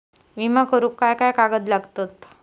विमा करुक काय काय कागद लागतत?